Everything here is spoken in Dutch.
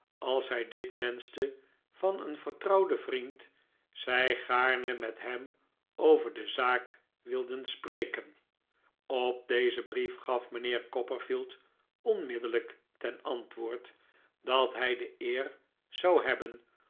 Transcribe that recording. als hij dit wenschte van een vertrouwden vriend zij gaarne met hem over de zaak wilden spreken op dezen brief gaf mijnheer copperfield onmiddellijk ten antwoord dat hij de eer zou hebben